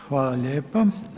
Hvala lijepa.